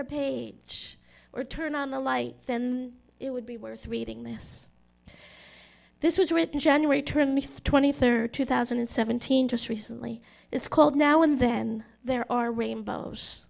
a page or turn on the light then it would be worth reading this this was written january term if twenty third two thousand and seventeen just recently it's called now and then there are rainbows